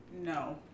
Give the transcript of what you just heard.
No